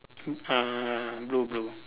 uh blue blue